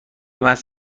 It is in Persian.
محض